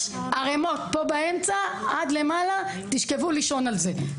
יש ערמות פה באמצע עד למעלה, תשכבו לישון על זה.